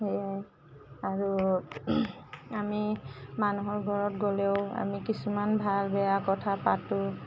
সেয়াই আৰু আমি মানুহৰ ঘৰত গ'লেও আমি কিছুমান ভাল বেয়া কথা পাতো